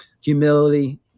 humility